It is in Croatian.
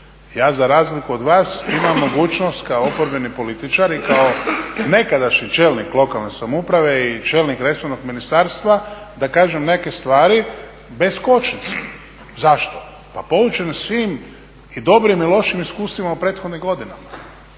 Ja za razliku od vas imam mogućnost kao oporbeni političar i kao nekadašnji čelnik lokalne samouprave i čelnik resornog ministarstva da kažem neke stvari bez kočnica. Zašto? Pa poučen svim i dobrim i lošim iskustvima u prethodnim godinama.